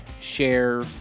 share